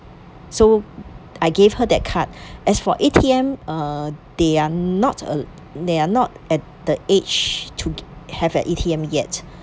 so I gave her that card as for A_T_M uh they are not uh they are not at the age to have an A_T_M yet